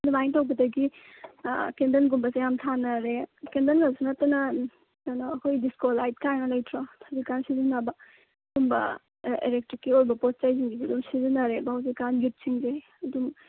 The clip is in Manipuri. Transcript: ꯑꯗꯨꯃꯥꯏꯅ ꯇꯧꯕꯗꯒꯤ ꯀꯦꯟꯗꯜꯒꯨꯝꯕꯁꯦ ꯌꯥꯝ ꯊꯥꯟꯅꯔꯦ ꯀꯦꯟꯗꯜꯗꯁꯨ ꯅꯠꯇꯅ ꯀꯩꯅꯣ ꯑꯩꯈꯣꯏ ꯗꯤꯁꯀꯣ ꯂꯥꯏꯠ ꯀꯥꯏꯅ ꯂꯩꯇ꯭ꯔꯣ ꯍꯧꯖꯤꯛꯀꯥꯟ ꯁꯤꯖꯤꯟꯅꯕ ꯑꯗꯨꯒꯨꯝꯕ ꯏꯂꯦꯛꯇ꯭ꯔꯤꯛꯀꯤ ꯑꯣꯏꯕ ꯄꯣꯠ ꯆꯩꯁꯤꯡꯁꯨ ꯑꯗꯨꯝ ꯁꯤꯖꯤꯟꯅꯔꯦꯕ ꯍꯧꯖꯤꯛꯀꯥꯟ ꯌꯨꯠꯁꯤꯡꯁꯦ ꯑꯗꯨꯝ